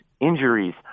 injuries